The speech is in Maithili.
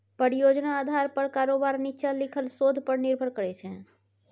परियोजना आधार पर कारोबार नीच्चां लिखल शोध पर निर्भर करै छै